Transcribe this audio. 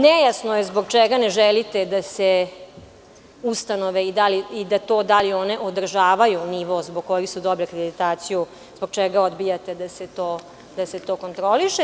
Nejasno je zbog čega ne želite da to ustanove i da li one održavaju nivo zbog kojeg su dobile akreditaciju, zbog čega odbijate da se to kontrolišete.